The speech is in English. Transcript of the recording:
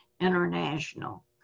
international